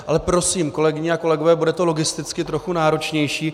Ale prosím, kolegyně a kolegové, bude to logisticky trochu náročnější.